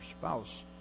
spouse